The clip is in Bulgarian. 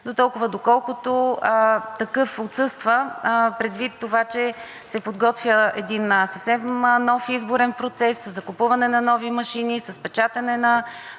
дотолкова, доколкото такъв отсъства предвид това, че се подготвя един съвсем нов изборен процес със закупуване на нови машини, с печатане на